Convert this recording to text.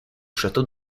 château